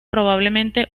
probablemente